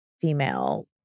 female